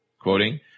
Quoting